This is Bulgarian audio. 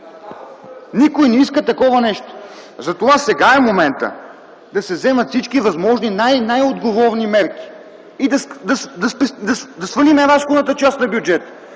Никой не иска такова нещо! Затова сега е моментът да се вземат всички възможни най- най отговорни мерки и да свалим разходната част на бюджета.